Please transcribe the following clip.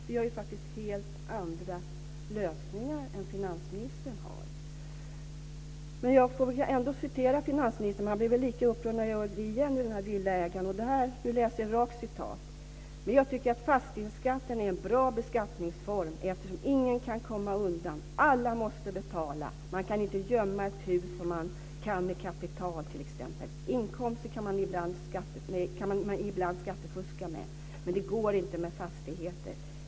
Vi har helt andra lösningar än vad finansministern har. Jag ska ändå citera finansministern ur tidningen Villaägaren. Han blir väl lika upprörd igen när jag gör det. Nu läser jag ett rakt citat: "Men jag tycker att fastighetsskatten är en bra beskattningsform, eftersom ingen kan komma undan, alla måste betala. Man kan inte gömma ett hus som man kan med kapital, t ex. Inkomster kan man ibland skattefuska med, men det går inte med fastigheter.